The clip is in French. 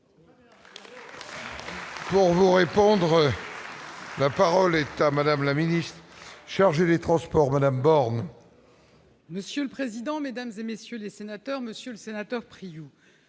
Pour vous répondre, la parole est à madame la ministre. Chargée des transports, Madame Borne. Monsieur le président, Mesdames et messieurs les sénateurs, Monsieur le Sénateur Priou